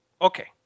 Okay